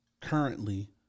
currently